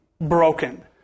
broken